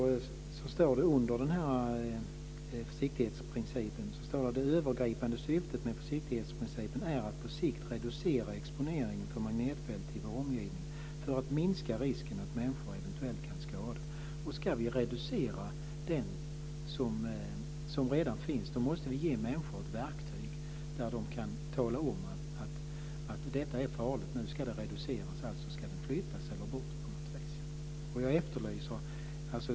Där står, under försiktighetsprincipen: "Det övergripande syftet med försiktighetsprincipen är att på sikt reducera exponeringen för magnetfält i vår omgivning för att minska risken att människor eventuellt kan skadas." Om vi ska reducera den risk som redan finns måste vi ge människor ett verktyg, så att de kan säga: Detta är farligt, och nu ska exponeringen reduceras. Alltså ska ledningen flyttas eller tas bort på något vis.